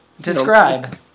Describe